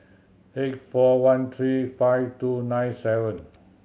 eight four one three five two nine seven